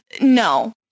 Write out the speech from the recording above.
No